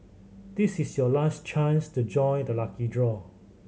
this is your last chance to join the lucky draw